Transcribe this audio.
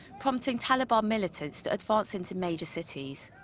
prompting taliban militants to advance into major cities.